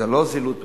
זה לא זילות המת,